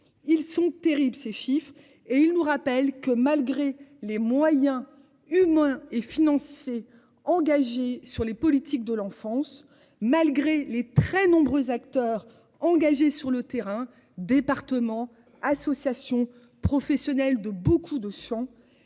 Ils sont terribles. Ces chiffres et il nous rappelle que malgré les moyens humains et financiers engagés sur les politiques de l'enfance malgré les très nombreux acteurs engagés sur le terrain départements associations professionnelles de beaucoup de chant